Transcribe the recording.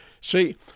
see